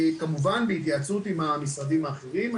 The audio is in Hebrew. כמובן שבהתייעצות עם המשרדים האחרים.